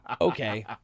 Okay